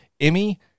Emmy